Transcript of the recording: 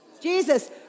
Jesus